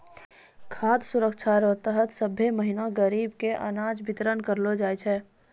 खाद सुरक्षा रो तहत सभ्भे महीना गरीब के अनाज बितरन करलो जाय छै